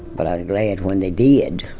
but i was glad when they did,